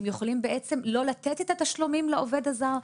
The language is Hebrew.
הם יכולים לא לתת את התשלומים לעובד הזר,